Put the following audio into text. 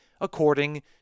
according